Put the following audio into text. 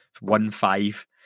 One-five